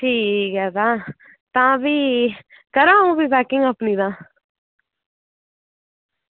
ठीक ऐ तां तां फ्ही करां अ'ऊं अपनी पैकिंग तां